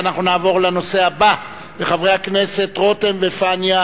אנחנו נעבור לנושא הבא וחברי הכנסת רותם ופניה